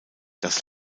das